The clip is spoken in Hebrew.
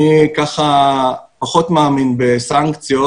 אני פחות מאמין בסנקציות,